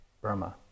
Burma